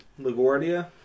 Laguardia